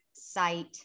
site